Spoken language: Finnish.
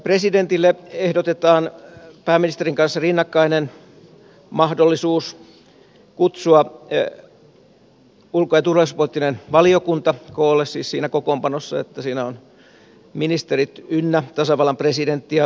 presidentille ehdotetaan pääministerin kanssa rinnakkainen mahdollisuus kutsua ulko ja turvallisuuspoliittinen valiokunta koolle siis siinä kokoonpanossa että siinä ovat ministerit ynnä tasavallan presidentti